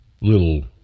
little